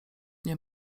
nie